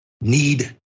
need